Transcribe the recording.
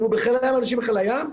אם הוא בחיל הים אנשים בחיל הים,